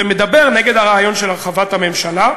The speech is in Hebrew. ומדבר נגד הרעיון של הרחבת הממשלה.